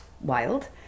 wild